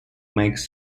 makes